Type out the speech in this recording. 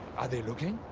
are they looking?